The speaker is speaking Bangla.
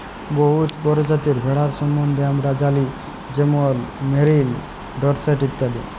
বহুত পরজাতির ভেড়ার সম্বল্ধে আমরা জালি যেমল মেরিল, ডরসেট ইত্যাদি